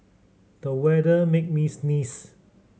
the weather made me sneeze